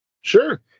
Sure